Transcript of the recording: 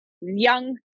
young